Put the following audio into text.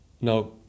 now